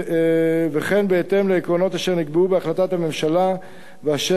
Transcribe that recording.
וכן בהתאם לעקרונות אשר נקבעו בהחלטת הממשלה ואשר